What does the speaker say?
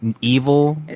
evil